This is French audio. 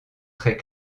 très